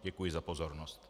Děkuji za pozornost.